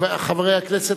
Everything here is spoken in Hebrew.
חברי הכנסת,